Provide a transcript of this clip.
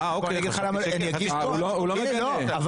אבל אני לא מגנה.